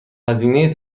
هزینه